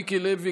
מיקי לוי,